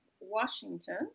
Washington